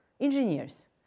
engineers